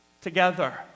together